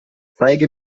zeige